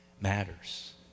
matters